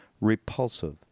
repulsive